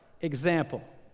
example